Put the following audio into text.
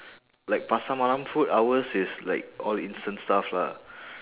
like pasar malam food ours is like all instant stuff lah